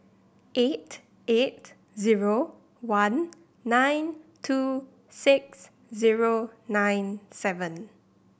eight eight zero one nine two six zero nine seven